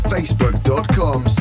Facebook.com